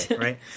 right